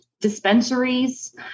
dispensaries